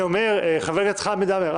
חבר הכנסת חמד עמאר,